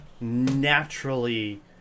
naturally